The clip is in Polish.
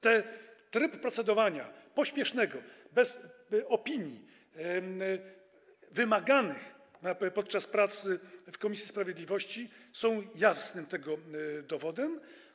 Ten tryb procedowania pospiesznego bez opinii wymaganych podczas prac w komisji sprawiedliwości są tego jasnym dowodem.